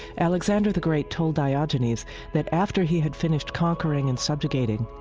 alexander the great told diogenes that after he had finished conquering and subjugating,